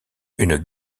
une